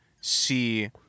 see